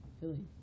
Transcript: Philly